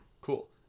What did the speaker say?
Cool